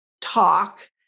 talk